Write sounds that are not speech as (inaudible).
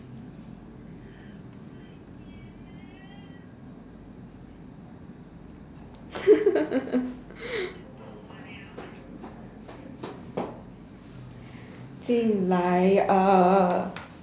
(laughs) 进来啊